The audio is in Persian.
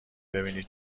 ببینی